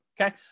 okay